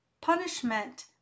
punishment